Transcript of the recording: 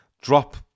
drop